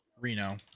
Reno